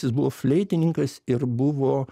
jis buvo fleitininkas ir buvo